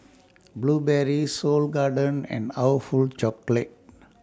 Burberry Seoul Garden and awful Chocolate